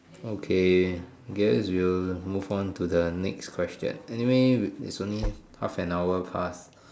okay guess we'll move on to the next question anyway it's only half and hour plus